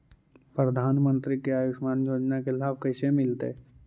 प्रधानमंत्री के आयुषमान योजना के लाभ कैसे मिलतै?